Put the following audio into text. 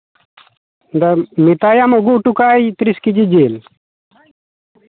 ᱢᱮᱛᱟᱭᱟᱢ ᱟᱹᱜᱩ ᱦᱚᱴᱚ ᱠᱟᱜᱼᱟᱭ ᱛᱤᱨᱤᱥ ᱠᱮᱡᱤ ᱡᱤᱞ